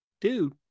dude